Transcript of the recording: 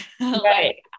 Right